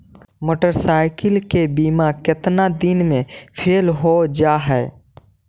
Motorcycle के बिमा केतना दिन मे फेल हो जा है?